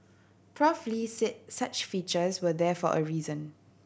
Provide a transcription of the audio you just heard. Prof Lee said such features were there for a reason